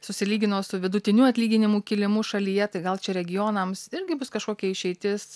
susilygino su vidutiniu atlyginimų kilimu šalyje tai gal čia regionams irgi bus kažkokia išeitis